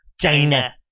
China